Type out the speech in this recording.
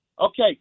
okay